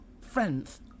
friends